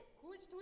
who's